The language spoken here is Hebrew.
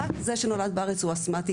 רק זה שנולד בארץ הוא אסטמתי.